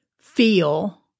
feel